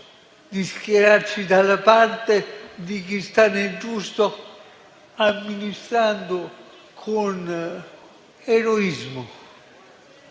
schierandoci dalla parte di chi sta nel giusto amministrando con eroismo